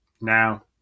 now